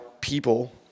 people